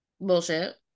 Bullshit